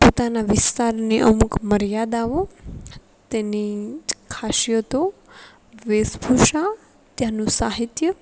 પોતાના વિસ્તારની અમુક મર્યાદાઓ તેની જ ખાસિયતો વેશભૂષા ત્યાંનું સાહિત્ય